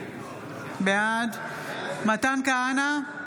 בעד מתן כהנא,